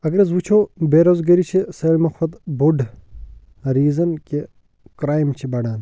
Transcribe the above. اگر حظ وٕچھو بے روزگٲری چھِ سٲلِمو کھۄتہٕ بوٚڑ ریٖزن کہِ کرایِم چھِ بَڑان